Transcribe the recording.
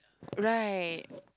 right